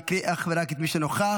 אני אקריא אך ורק את מי שנוכח,